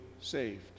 saved